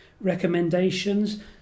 recommendations